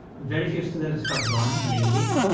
very few students have done lately,